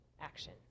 action